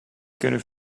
kunnen